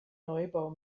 neubau